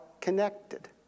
connected